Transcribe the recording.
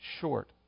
short